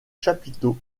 chapiteaux